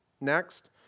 Next